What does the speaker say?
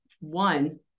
One